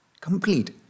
complete